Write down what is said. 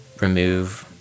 remove